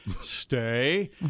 stay